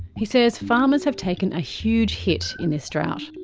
he says farmers have taken a huge hit in this drought.